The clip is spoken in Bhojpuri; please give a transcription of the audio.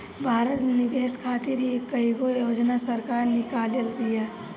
भारत में निवेश खातिर कईगो योजना सरकार निकलले बिया